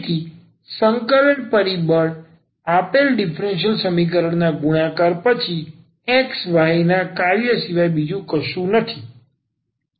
તેથી સંકલન પરિબળ આપેલ ડીફરન્સીયલ સમીકરણના ગુણાકાર પછી x y નાં કાર્ય સિવાય બીજું કશું નથી